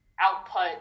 output